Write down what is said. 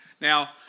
Now